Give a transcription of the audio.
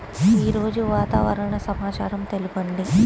ఈరోజు వాతావరణ సమాచారం తెలుపండి